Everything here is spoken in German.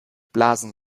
blasen